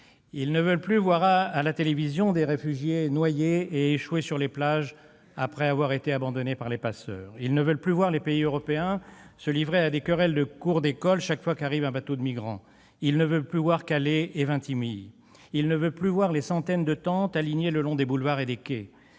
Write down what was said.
Ils ne veulent plus voir à la télévision des réfugiés noyés et échoués sur les plages après avoir été abandonnés par les passeurs. Ils ne veulent plus voir les pays européens se livrer à des querelles de cour d'école chaque fois qu'arrive un bateau de migrants. Ils ne veulent plus voir Calais et Vintimille. Ils ne veulent plus voir les centaines de tentes alignées le long des boulevards et des quais.